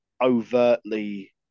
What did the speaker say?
overtly